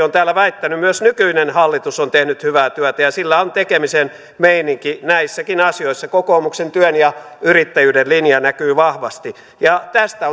on täällä väittänyt myös nykyinen hallitus on tehnyt hyvää työtä ja sillä on tekemisen meininki näissäkin asioissa kokoomuksen työn ja yrittäjyyden linja näkyy vahvasti ja tästä